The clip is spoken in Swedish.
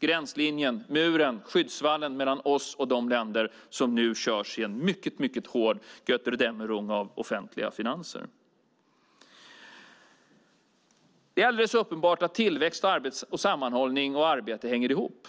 gränslinjen, muren, skyddsvallen mellan oss och de länder som nu körs i en mycket hård Götterdämmerung av offentliga finanser. Det är alldeles uppenbart att tillväxt, sammanhållning och arbete hänger ihop.